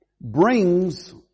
brings